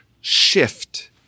shift